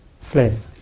flame